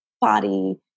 body